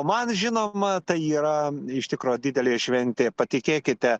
o man žinoma tai yra iš tikro didelė šventė patikėkite